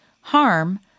harm